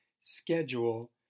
schedule